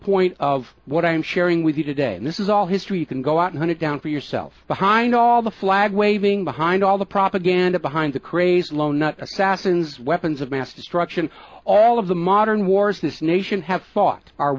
point of what i'm sharing with you today and this is all history you can go out and hunted down for yourself behind all the flag waving behind all the propaganda behind the crazed lone nut assassins weapons of mass destruction all of the modern wars this nation have fought our